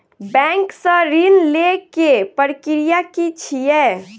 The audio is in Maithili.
बैंक सऽ ऋण लेय केँ प्रक्रिया की छीयै?